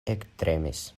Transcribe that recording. ektremis